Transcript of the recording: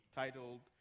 titled